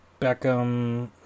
Beckham